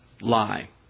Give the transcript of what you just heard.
lie